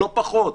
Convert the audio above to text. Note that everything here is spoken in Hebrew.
לא פחות.